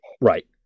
Right